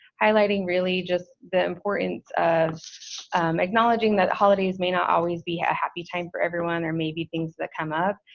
highlighting really just the importance of acknowledging that holidays may not always be a happy time for everyone or maybe things that come up.